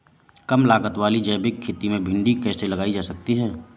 कम लागत वाली जैविक खेती में भिंडी कैसे लगाई जा सकती है?